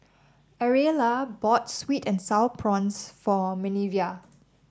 Ariella bought sweet and sour prawns for Minervia